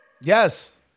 Yes